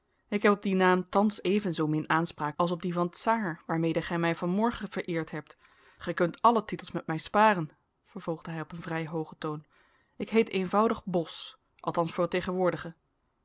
ik heb op dien naam thans even zoomin aanspraak als op dien van czaar waarmede gij mij van morgen vereerd hebt gij kunt alle titels met mij sparen vervolgde hij op een vrij hoogen toon ik heet eenvoudig bos althans voor het tegenwoordige